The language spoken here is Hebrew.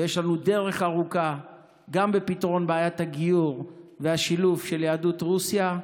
ויש לנו דרך ארוכה גם בפתרון בעיית הגיור והשילוב של יהדות רוסיה,